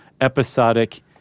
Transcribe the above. episodic